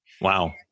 Wow